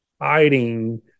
hiding